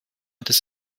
des